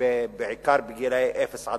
בעיקר גילאי 0 4,